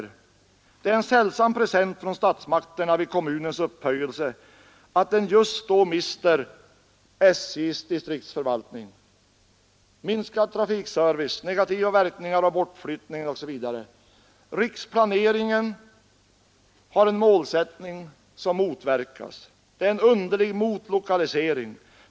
Det är en sällsam present från statsmakterna vid kommunens upphöjelse att den just då mister SJ:s distriktsförvaltning med en minskad trafikservice, negativa verkningar, bortflyttning osv. som följd. Riksplaneringen har en målsättning som motverkas. Det är en underlig motlokalisering.